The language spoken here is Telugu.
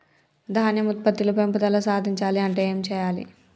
ధాన్యం ఉత్పత్తి లో పెంపుదల సాధించాలి అంటే ఏం చెయ్యాలి?